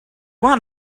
want